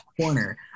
corner